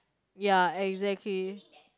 ya exactly